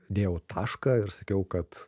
dėjau tašką ir sakiau kad